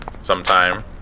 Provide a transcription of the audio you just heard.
sometime